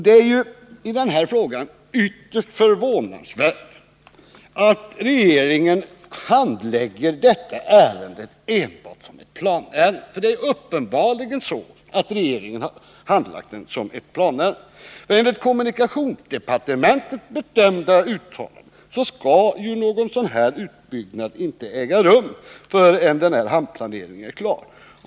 Det är ytterst förvånansvärt att regeringen handlägger detta ärende enbart som ett planärende — för det har man uppenbarligen gjort. Enligt kommunikationsdepartementets bestämda uttalande skall någon utbyggnad av Vallhamn inte äga rum förrän hamnplaneringen är klar.